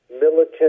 militant